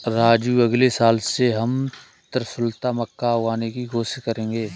राजू अगले साल से हम त्रिशुलता मक्का उगाने की कोशिश करेंगे